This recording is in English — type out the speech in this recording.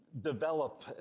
develop